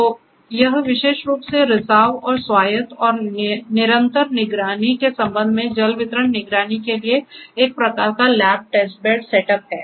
तो यह विशेष रूप से रिसाव और स्वायत्त और निरंतर निगरानी के संबंध में जल वितरण निगरानी के लिए एक प्रकार का लैब टेस्ट बेड सेटअप है